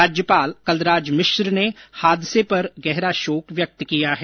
राज्यपाल कलराज मिश्र ने हादसे पर गहरा शोक व्यक्त किया है